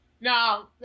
No